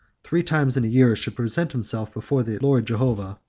three times in the year, should present himself before the lord jehovah,